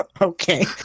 Okay